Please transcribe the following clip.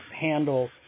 handle